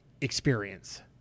experience